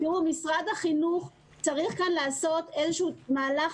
משרד החינוך צריך כאן לעשות איזשהו מהלך